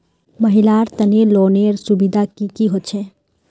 महिलार तने लोनेर सुविधा की की होचे?